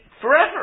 forever